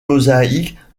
mosaïques